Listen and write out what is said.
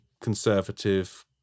conservative